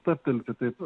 stabtelti taip